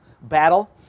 battle